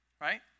right